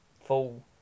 full